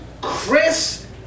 Chris